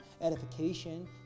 edification